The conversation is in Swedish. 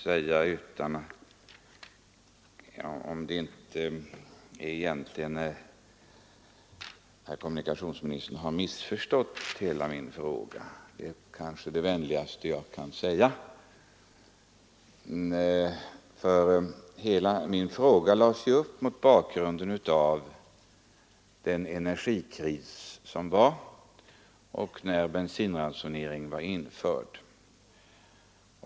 Jag undrar nämligen om herr kommunikationsministern egentligen inte har missförstått hela min fråga — det är kanske det vänligaste jag kan säga. Min fråga lades upp mot bakgrund av den energikris som då rådde och när bensinransoneringen var införd.